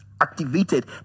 activated